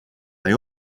they